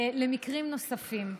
במקרים נוספים.